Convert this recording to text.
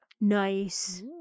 Nice